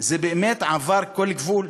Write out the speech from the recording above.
זה באמת עבר כל גבול.